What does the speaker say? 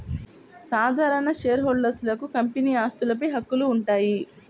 సాధారణ షేర్హోల్డర్లకు కంపెనీ ఆస్తులపై హక్కులు ఉంటాయి